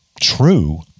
true